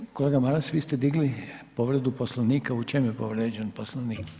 Ovaj, kolega Maras vi ste digli povredu Poslovnika u čemu je povrijeđen Poslovnik?